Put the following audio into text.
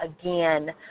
again